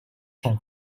can